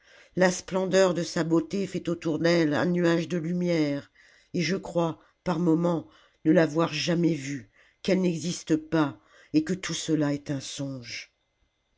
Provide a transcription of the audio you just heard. la splendeur de sa beauté fait autour d'elle un nuage de lumière et je crois par moments ne l'avoir jamais vue qu'elle n'existe pas et que tout cela est un songe